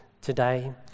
today